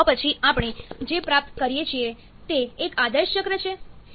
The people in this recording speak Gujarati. તો પછી આપણે જે પ્રાપ્ત કરીએ છીએ તે એક આદર્શ ચક્ર છે